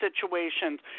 situations